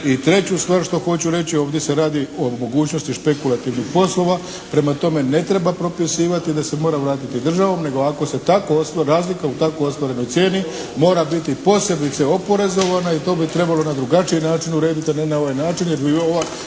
I treću stvar što hoću reći. Ovdje se radi o nemogućnosti špekulativnih poslova. Prema tome ne treba propisivati da se mora vratiti državom, nego ako se razlika u tako ostvarenoj cijeni mora biti posebice oporezovana i to bi trebalo na drugačiji način urediti, a ne na ovaj način